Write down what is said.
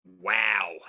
Wow